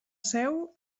seu